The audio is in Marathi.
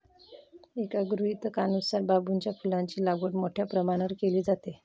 एका गृहीतकानुसार बांबूच्या फुलांची लागवड मोठ्या प्रमाणावर केली जाते